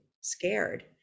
scared